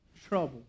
trouble